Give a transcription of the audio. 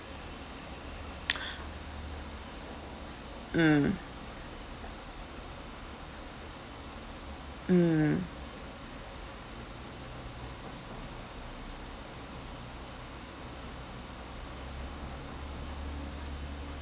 mm mm